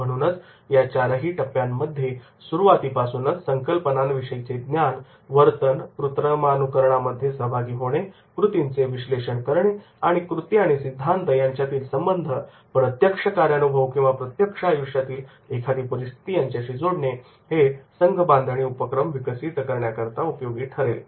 म्हणूनच या चारही टप्प्यांमध्ये सुरुवातीपासूनच संकल्पनांविषयीचे ज्ञान वर्तन कृत्रिमानुकरणमध्ये सहभागी होणे कृतींचे विश्लेषण करणे आणि कृती आणि सिद्धांत यातील संबंध प्रत्यक्ष कार्यानुभव किंवा प्रत्यक्ष आयुष्यातील एखादी परिस्थिती यांच्याशी जोडणे हे संघ बांधणी उपक्रम विकसित करण्याकरता उपयोगी ठरेल